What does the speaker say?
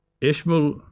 Ishmael